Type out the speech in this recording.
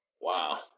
wow